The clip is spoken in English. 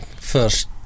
first